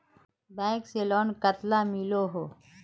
Bank से loan कतला मिलोहो?